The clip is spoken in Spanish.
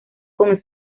con